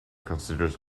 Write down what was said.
considered